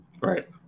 Right